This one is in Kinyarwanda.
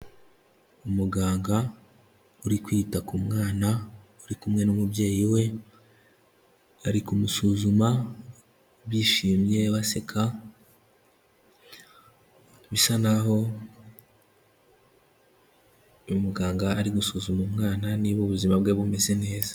Umuganga uri kwita ku mwana uri kumwe n'umubyeyi we, ari kumusuzuma bishimye, baseka, bisa naho umuganga ari gusuzuma umwana niba ubuzima bwe bumeze neza.